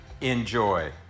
Enjoy